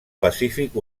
pacífic